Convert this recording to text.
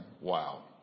wow